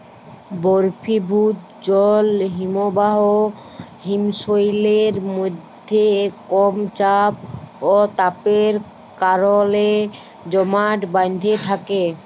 বরফিভুত জল হিমবাহ হিমশৈলের মইধ্যে কম চাপ অ তাপের কারলে জমাট বাঁইধ্যে থ্যাকে